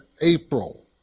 April